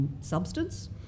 substance